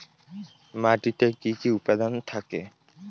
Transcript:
মাটিতে কি কি উপাদান থাকে?